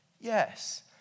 yes